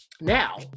Now